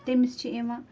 تٔمِس چھِ یِوان